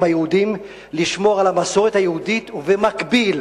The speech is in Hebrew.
היהודים לשמור על המסורת היהודית ובמקביל